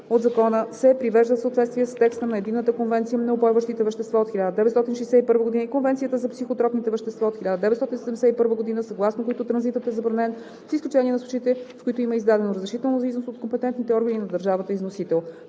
от ЗКНВП се привеждат в съответствие с текста на Единната конвенция по упойващите вещества от 1961 г. и Конвенцията за психотропните вещества от 1971 г., съгласно които транзитът е забранен, с изключение на случаите, в които има издадено разрешително за износ от компетентните органи на държавата износител.